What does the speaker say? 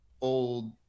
old